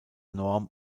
norm